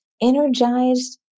energized